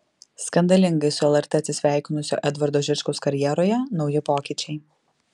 skandalingai su lrt atsisveikinusio edvardo žičkaus karjeroje nauji pokyčiai